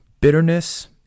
Bitterness